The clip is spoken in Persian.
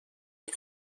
این